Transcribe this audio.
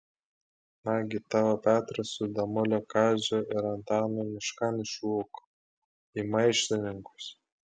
nagi tavo petras su damulio kaziu ir antanu miškan išrūko į maištininkus